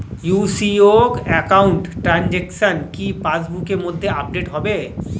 UCO account transaction কি পাস বুকের মধ্যে আপডেট হবে?